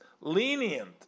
lenient